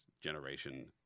generation